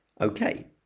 Okay